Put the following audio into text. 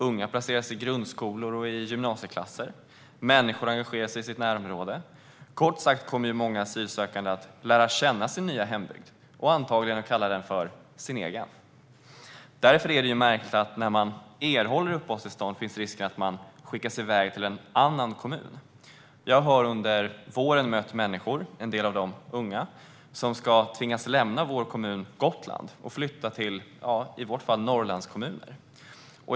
Unga placeras i grundskolor och i gymnasieklasser. Människor engagerar sig i sitt närområde. Kort sagt kommer många asylsökande att lära känna sin nya hembygd och antagligen kalla den sin egen. Därför är det märkligt att när man erhåller uppehållstillstånd finns det risk att man skickas iväg till en annan kommun. Jag har under våren mött människor, en del av dem unga, som ska tvingas lämna vår kommun Gotland och flytta till Norrlandskommuner.